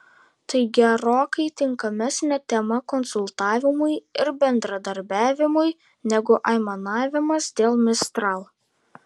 tai gerokai tinkamesnė tema konsultavimui ir bendradarbiavimui negu aimanavimas dėl mistral